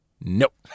Nope